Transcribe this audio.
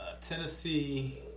Tennessee